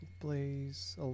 Blaze